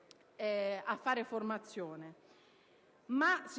1? Si